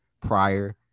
prior